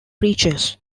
preachers